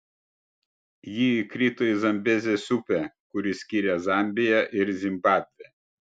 ji įkrito į zambezės upę kuri skiria zambiją ir zimbabvę